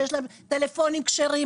שיש להם טלפונים כשרים,